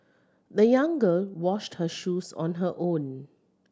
the young girl washed her shoes on her own